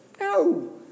no